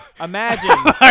Imagine